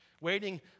Waiting